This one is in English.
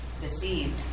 deceived